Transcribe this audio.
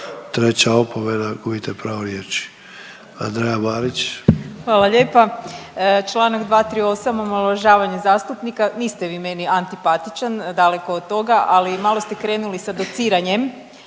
treća opomena, gubite pravo riječi. Andreja Marić. **Marić, Andreja (SDP)** Hvala lijepa. Čl. 238., omalovažavanje zastupnika, niste vi meni antipatičan, daleko od toga, ali malo ste krenuli sa dociranjem,